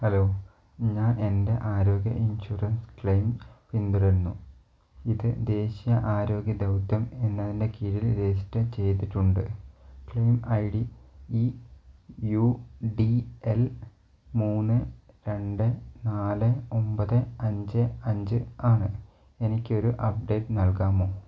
hello ഞാൻ എൻ്റ ആരോഗ്യ ഇൻഷുറൻസ് ക്ലെയിം പിന്തുടരുന്നു ഇത് ദേശീയ ആരോഗ്യ ദൗത്യം എന്നതിൻ്റെ കീഴിൽ രജിസ്റ്റർ ചെയ്തിട്ടുണ്ട് claim I D E U D L മൂന്ന് രണ്ട് നാല് ഒമ്പത് അഞ്ച് അഞ്ച് ആണ് എനിക്ക് ഒരു അപ്ഡേറ്റ് നാൽകാമോ